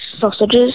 sausages